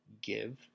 give